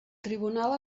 tribunal